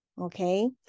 okay